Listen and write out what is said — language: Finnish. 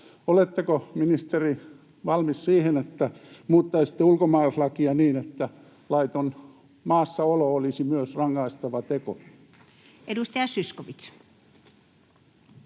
Oletteko, ministeri, valmis siihen, että muuttaisitte ulkomaalaislakia niin, että myös laiton maassaolo olisi rangaistava teko? Edustaja Zyskowicz.